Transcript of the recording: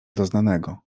doznanego